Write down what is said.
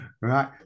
Right